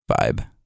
vibe